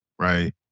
right